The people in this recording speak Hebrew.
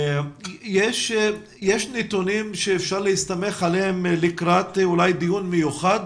האם יש לך נתונים שאפשר להסתמך עליהם לקראת דיון מיוחד